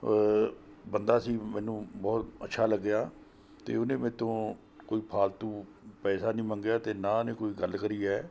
ਬੰਦਾ ਸੀ ਮੈਨੂੰ ਬਹੁਤ ਅੱਛਾ ਲੱਗਿਆ ਅਤੇ ਉਹਨੇ ਮੇਰੇ ਤੋਂ ਕੋਈ ਫਾਲਤੂ ਪੈਸਾ ਨਹੀਂ ਮੰਗਿਆ ਅਤੇ ਨਾ ਉਹਨੇ ਕੋਈ ਗੱਲ ਕਰੀ ਹੈ